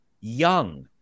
young